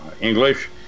English